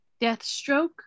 Deathstroke